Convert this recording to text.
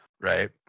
right